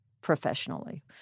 professionally